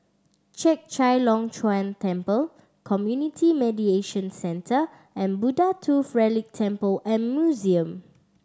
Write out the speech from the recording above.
Chek Chai Long Chuen Temple Community Mediation Centre and Buddha Tooth Relic Temple and Museum